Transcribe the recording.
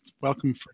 Welcome